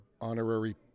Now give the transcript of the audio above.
honorary